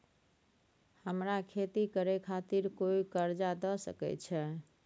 हमरा खेती करे खातिर कोय कर्जा द सकय छै?